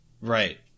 Right